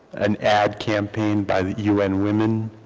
an ad campaign by the un women.